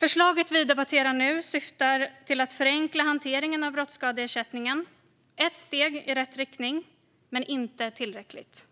Förslaget vi nu debatterar syftar till att förenkla hanteringen av brottsskadeersättningen. Det är ett steg i rätt riktning, men det är inte tillräckligt.